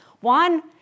One